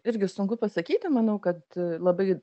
irgi sunku pasakyti manau kad labai